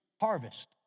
harvest